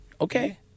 okay